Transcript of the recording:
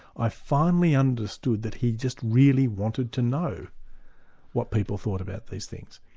i finally understood that he just really wanted to know what people thought about these things.